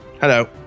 Hello